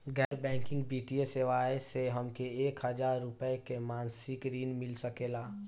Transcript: गैर बैंकिंग वित्तीय सेवाएं से हमके एक हज़ार रुपया क मासिक ऋण मिल सकेला?